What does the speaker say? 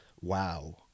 wow